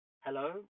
Hello